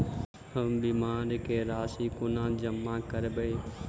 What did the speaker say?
हम बीमा केँ राशि कोना जमा करबै?